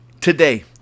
today